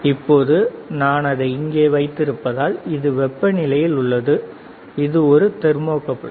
இப்போது நான் அதை இங்கே வைத்திருந்தால் அது வெப்பநிலையில் உள்ளது இது ஒரு தெர்மோகப்பிள்